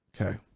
Okay